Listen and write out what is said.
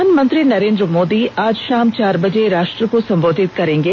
प्रधानमंत्री नरेंद्र मोदी आज शाम चार बजे राष्ट्र को संबोधित करेंगे